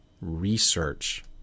research